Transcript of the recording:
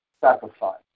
sacrifice